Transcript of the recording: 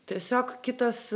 tiesiog kitas